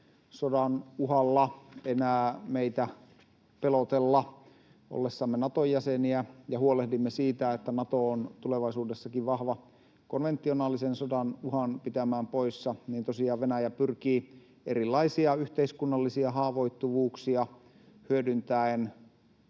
sodan uhalla enää meitä pelotella ollessamme Naton jäseniä ja huolehtiessamme siitä, että Nato on tulevaisuudessakin vahva pitämään poissa konventionaalisen sodan uhan, jolloin tosiaan Venäjä pyrkii erilaisia yhteiskunnallisia haavoittuvuuksia hyödyntäen